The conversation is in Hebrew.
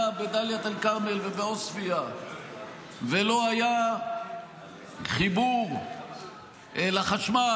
בדאלית אל-כרמל ובעוספיא ולא היה חיבור לחשמל,